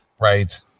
Right